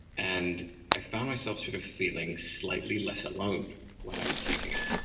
and i found myself sort of feeling slightly less alone when i was using it.